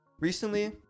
Recently